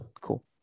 cool